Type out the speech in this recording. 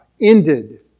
ended